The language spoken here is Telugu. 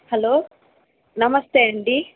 హలో నమస్తే అండి